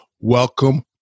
welcome